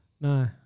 no